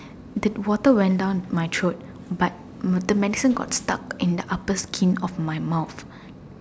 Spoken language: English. the water went down my throat but the medicine got stuck in the upper skin of my mouth